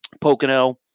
Pocono